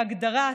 בהגדרת